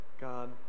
God